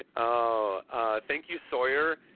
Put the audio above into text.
ah ah thank you, sawyer.